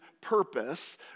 purpose